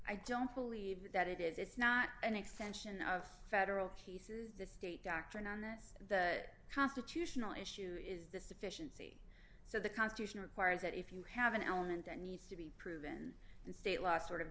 i don't believe that it is it's not an extension of federal cases the state doctrine and that's the constitutional issue is the sufficiency so the constitution requires that if you have an element that needs to be proven in state law sort of